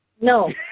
No